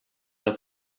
have